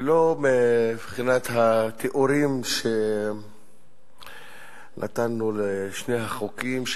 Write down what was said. ולא מבחינת התיאורים שנתנו לשני החוקים,